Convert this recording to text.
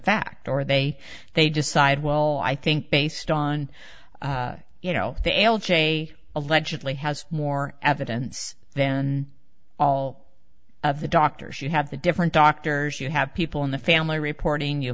fact or they they decide well i think based on you know the l j allegedly has more evidence than all of the doctors you have the different doctors you have people in the family